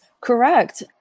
Correct